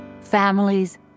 families